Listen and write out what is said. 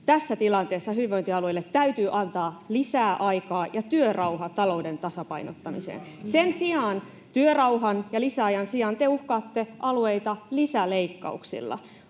tässä tilanteessa hyvinvointialueille täytyy antaa lisää aikaa ja työrauha talouden tasapainottamiseen. Sen sijaan työrauhan ja lisäajan sijaan te uhkaatte alueita lisäleikkauksilla.